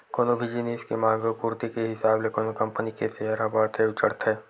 कोनो भी जिनिस के मांग अउ पूरति के हिसाब ले कोनो कंपनी के सेयर ह बड़थे अउ चढ़थे